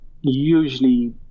usually